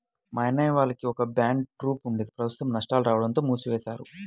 మా అన్నయ్య వాళ్లకి ఒక బ్యాండ్ ట్రూప్ ఉండేది ప్రస్తుతం నష్టాలు రాడంతో మూసివేశారు